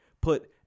put